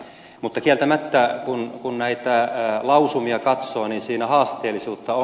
mutta kieltämättä kun näitä lausumia katsoo siinä haasteellisuutta on